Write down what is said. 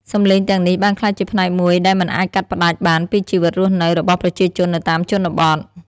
សំឡេងទាំងនេះបានក្លាយជាផ្នែកមួយដែលមិនអាចកាត់ផ្ដាច់បានពីជីវិតរស់នៅរបស់ប្រជាជននៅតាមជនបទ។